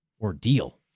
ordeal